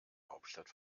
hauptstadt